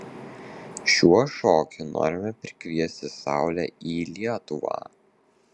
šiuo šokiu norime prikviesti saulę į lietuvą